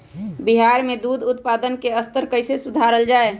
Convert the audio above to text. बिहार में दूध उत्पादन के स्तर कइसे सुधारल जाय